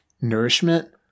nourishment